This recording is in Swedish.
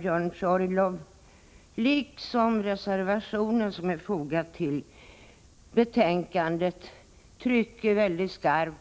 Björn Körlof liksom den reservation som är fogad till betänkandet poängterar starkt